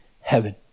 heaven